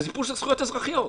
זה סיפור של זכויות אזרחיות.